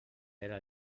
era